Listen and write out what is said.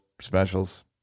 specials